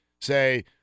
say